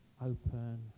open